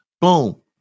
Boom